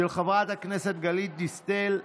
של חברת הכנסת גלית דיסטל,